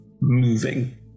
moving